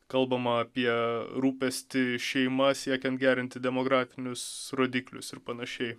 kalbama apie rūpestį šeima siekiant gerinti demografinius rodiklius ir panašiai